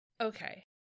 okay